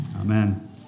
Amen